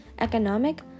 economic